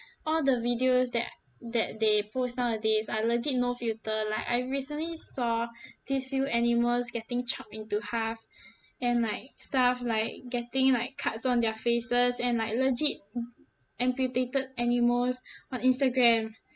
all the videos that that they post nowadays are legit no filter like I recently saw these few animals getting chopped into half and like stuff like getting like cuts on their faces and like legit amputated animals on instagram